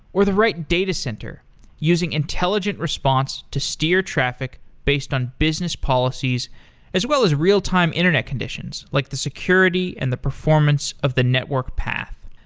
or the right datacenter using intelligent response to steer traffic based on business policies as well as real time internet conditions, like the security and the performance of the network path.